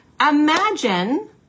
imagine